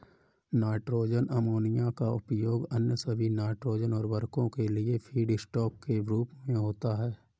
nitrogen ammonia का उपयोग अन्य सभी नाइट्रोजन उवर्रको के लिए फीडस्टॉक के रूप में होता है